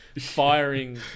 firing